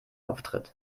auftritt